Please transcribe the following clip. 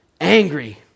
angry